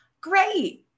Great